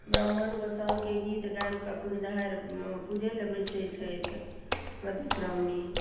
ब्राम्हण गोसाउनिके गीत गाबि कऽ पुजनिहार पुजय लए बैसै छथि मधुश्रावणी